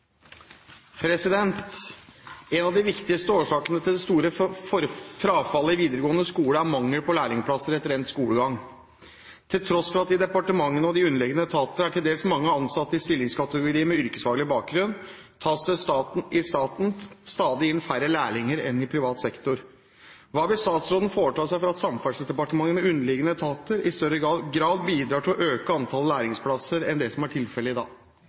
har en politikk som må bygge opp under næringslivet og bedriftenes evne til å produsere i og fra Norge. Dette spørsmålet er overført til miljø- og utviklingsministeren som rette vedkommende. Spørsmålet er imidlertid utsatt til neste spørretime, da statsråden er bortreist. «En av de viktigste årsakene til det store frafallet i videregående skole er mangel på lærlingplasser etter endt skolegang. Til tross for at det i departementet og de underliggende etater er til dels mange ansatte i stillingskategorier med yrkesfaglig bakgrunn, tas det i staten inn færre lærlinger enn i privat sektor. Hva